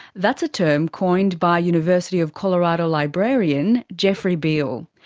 that's a term coined by university of colorado librarian jeffery beall.